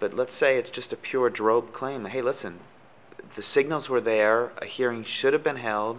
but let's say it's just a pure drop claim hey listen the signals were there a hearing should have been held